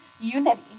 unity